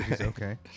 okay